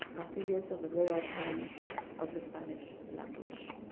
affiliates of the royal academy of the spanish language.